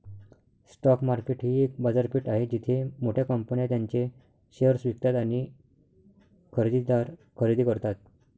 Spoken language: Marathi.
स्टॉक मार्केट ही एक बाजारपेठ आहे जिथे मोठ्या कंपन्या त्यांचे शेअर्स विकतात आणि खरेदीदार खरेदी करतात